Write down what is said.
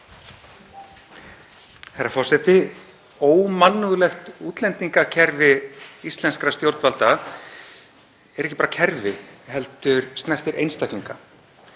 Herra forseti. Ómannúðlegt útlendingakerfi íslenskra stjórnvalda er ekki bara kerfi heldur snertir það einstaklinga.